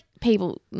people